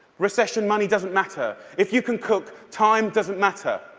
recession money doesn't matter. if you can cook, time doesn't matter.